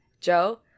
Joe